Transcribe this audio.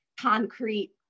concrete